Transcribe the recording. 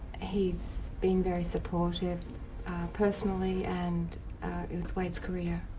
he's been very supportive personally and he waits career